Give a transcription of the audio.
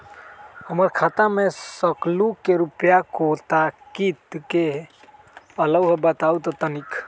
हमर खाता में सकलू से रूपया कोन तारीक के अलऊह बताहु त तनिक?